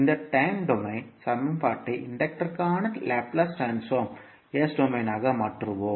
இந்த time domain சமன்பாட்டை இன்டக்டர்க்கான லாப்லேஸ் டொமைன் s டொமைனாக மாற்றுவோம்